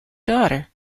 daughter